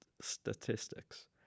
statistics